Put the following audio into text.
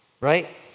Right